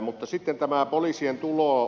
mutta sitten tämä poliisien tulo